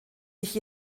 sich